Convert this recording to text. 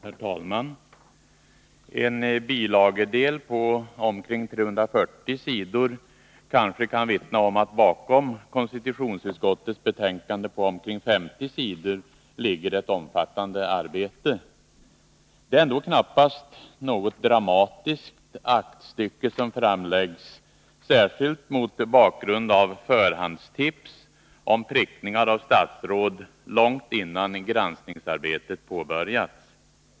Herr talman! En bilagedel på omkring 340 sidor kanske kan vittna om att det bakom konstitutionsutskottets betänkande på omkring 50 sidor ligger ett omfattande arbete. Det är ändå knappast något dramatiskt aktstycke som framläggs, särskilt inte mot bakgrund av förhandstips om prickningar av statsråd, långt innan granskningsarbetet påbörjats.